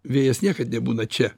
vėjas niekad nebūna čia